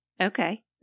Okay